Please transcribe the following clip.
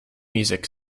music